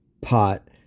pot